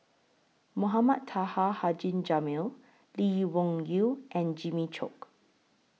Mohamed Taha Haji Jamil Lee Wung Yew and Jimmy Chok